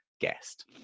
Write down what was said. guest